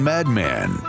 Madman